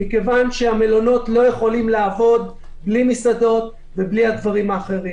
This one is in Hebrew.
מכיוון שהמלונות לא יכולים לעבוד בלי מסעדות ובלי הדברים האחרים.